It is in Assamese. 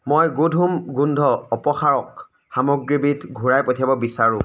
মই গুড হোম গোন্ধ অপসাৰক সামগ্ৰীবিধ ঘূৰাই পঠিয়াব বিচাৰোঁ